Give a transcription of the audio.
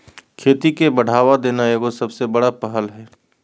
खेती के बढ़ावा देना एगो सबसे बड़ा पहल हइ